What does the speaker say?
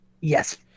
Yes